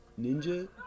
ninja